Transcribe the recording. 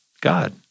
God